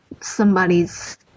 somebody's